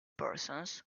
persons